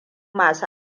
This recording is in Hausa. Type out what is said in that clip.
masu